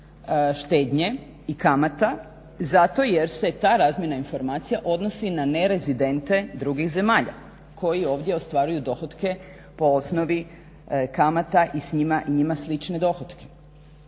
štednje i kamata zato jer se ta razmjena informacija odnosi na nerezidente drugih zemalja koji ovdje ostvaruju dohotke po osnovi kamata i njima slične dohotke.